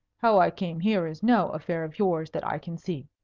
how i came here is no affair of yours that i can see.